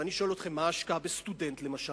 ואני שואל אתכם, מה ההשקעה החודשית בסטודנט למשל?